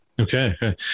Okay